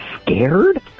scared